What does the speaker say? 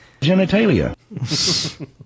Genitalia